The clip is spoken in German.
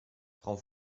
frau